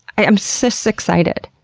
i am so so excited!